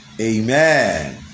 amen